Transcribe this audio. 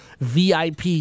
VIP